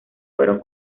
fueron